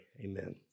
Amen